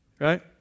Right